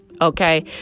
okay